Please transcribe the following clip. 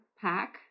pack